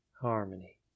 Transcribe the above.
harmony